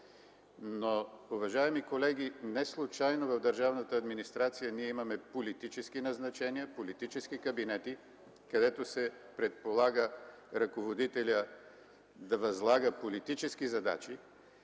Уважаеми колеги, неслучайно в държавната администрация имаме политически назначения, политически кабинети, където се предполага ръководителят да възлага политически задачи,